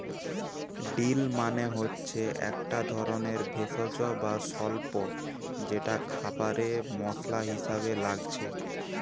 deal মানে হচ্ছে একটা ধরণের ভেষজ বা স্বল্প যেটা খাবারে মসলা হিসাবে লাগছে